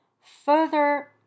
further